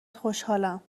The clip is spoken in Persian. خوشحالم